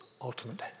ultimate